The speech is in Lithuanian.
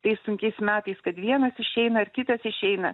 tais sunkiais metais kad vienas išeina ir kitas išeina